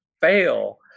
fail